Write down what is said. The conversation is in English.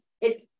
it